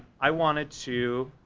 i wanted to.